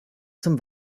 zum